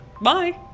bye